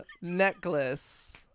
necklace